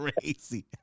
crazy